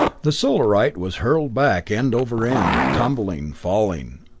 the solarite was hurled back end over end, tumbling, falling.